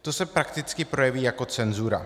To se prakticky projeví jako cenzura.